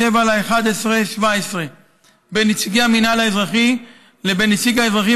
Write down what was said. ב-7 בנובמבר 2017 בין נציגי המינהל האזרחי לבין נציג האזרחים